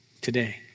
today